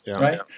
right